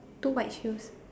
two white shoes